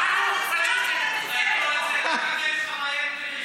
תוציאו אותו מהאולם.